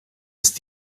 ist